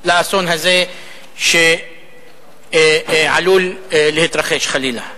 לאסון הזה שעלול להתרחש, חלילה?